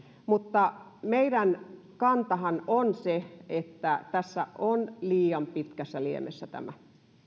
mutta meidän kantammehan on se että tämä on liian pitkässä liemessä